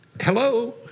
hello